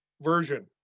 version